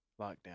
lockdown